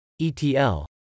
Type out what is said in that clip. ETL